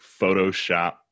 Photoshop